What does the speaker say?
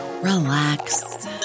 relax